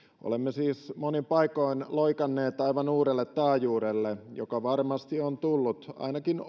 olemme siis monin paikoin loikanneet aivan uudelle taajuudelle joka varmasti on tullut ainakin